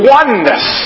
oneness